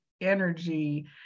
energy